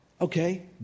Okay